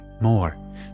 More